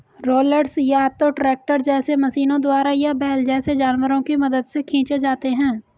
rollers या तो tractor जैसे मशीनों द्वारा या बैल जैसे जानवरों की मदद से खींचे जाते हैं